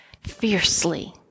fiercely